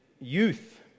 youth